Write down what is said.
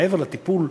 מעבר לטיפול,